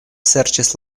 serĉis